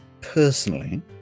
personally